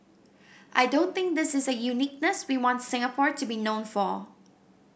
I don't think this is a uniqueness we want Singapore to be known for